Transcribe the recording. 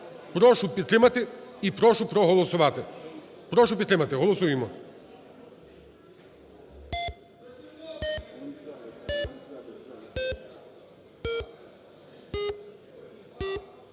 Прошу підтримати. І прошу проголосувати. Прошу підтримати. Голосуємо.